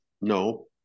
No